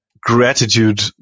gratitude